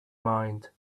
mind